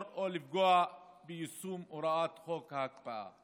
או לפגוע ביישום הוראת חוק ההקפאה.